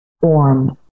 form